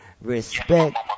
Respect